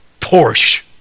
Porsche